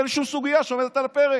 אין שום סוגיה שעומדת על הפרק.